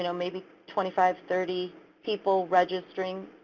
you know maybe twenty five, thirty people registering